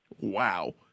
Wow